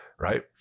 right